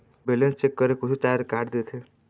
Balance check करें कुछू charge काट देथे?